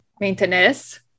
maintenance